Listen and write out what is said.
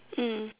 mm